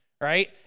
right